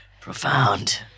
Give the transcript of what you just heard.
profound